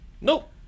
Nope